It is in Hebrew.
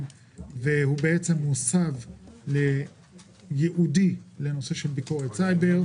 ובעצם הוסב ייעודית לנושא של ביקורת סייבר.